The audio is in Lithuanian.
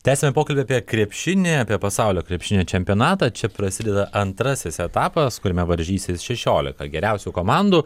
tęsiame pokalbį apie krepšinį apie pasaulio krepšinio čempionatą čia prasideda antrasis etapas kuriame varžysis šešiolika geriausių komandų